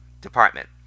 Department